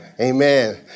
Amen